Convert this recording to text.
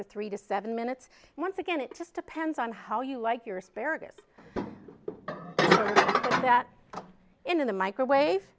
to three to seven minutes once again it just depends on how you like your asparagus that in the microwave